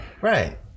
Right